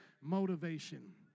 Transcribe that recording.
motivation